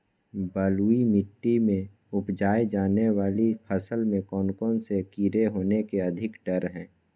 बलुई मिट्टी में उपजाय जाने वाली फसल में कौन कौन से कीड़े होने के अधिक डर हैं?